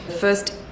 first